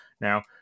now